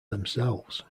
themselves